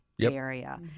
area